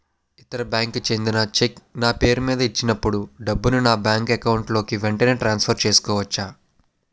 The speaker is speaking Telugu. ఇతర బ్యాంక్ కి చెందిన చెక్ నా పేరుమీద ఇచ్చినప్పుడు డబ్బుని నా బ్యాంక్ అకౌంట్ లోక్ వెంటనే ట్రాన్సఫర్ చేసుకోవచ్చా?